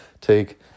take